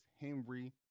Henry